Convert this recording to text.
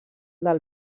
del